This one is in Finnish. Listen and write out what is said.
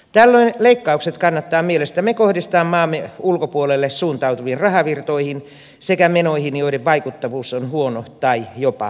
tällöin leikkaukset kannattaa mielestämme kohdistaa maamme ulkopuolelle suuntautuviin rahavirtoihin sekä menoihin joiden vaikuttavuus on huono tai jopa negatiivinen